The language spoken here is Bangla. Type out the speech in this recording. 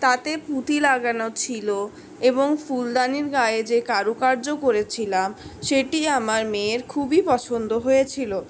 তাতে পুঁতি লাগানো ছিল এবং ফুলদানির গায়ে যে কারুকার্য করেছিলাম সেটি আমার মেয়ের খুবই পছন্দ হয়েছিলো